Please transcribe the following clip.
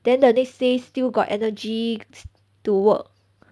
then the next day still got energy to work